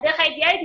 הדרך האידיאלית,